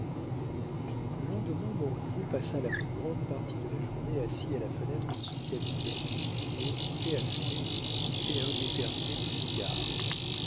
le lendemain montriveau passa la plus grande partie de la journée assis à la fenêtre de son cabinet et occupé à fumer une quantité indéterminée de cigares